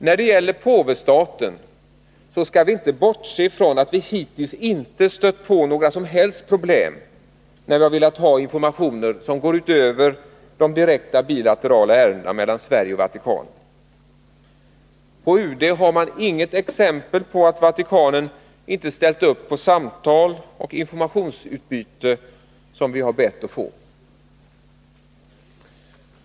När det gäller påvestaten skall vi inte bortse från att vi hittills inte har stött på några som helst problem när vi har velat ha informationer som går utöver de direkta bilaterala ärendena mellan Sverige och Vatikanen. På UD har man inget exempel på att Vatikanen inte har ställt upp på samtal och informationsutbyte som vi har bett att få.